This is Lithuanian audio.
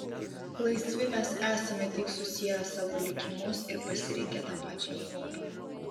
laisvi mes esame tik susieję savo likimus ir pasirinkę tą pačią europą